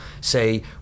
say